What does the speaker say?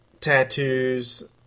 tattoos